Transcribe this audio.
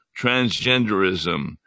transgenderism